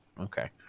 Okay